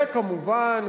וכמובן,